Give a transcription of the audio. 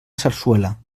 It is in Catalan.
sarsuela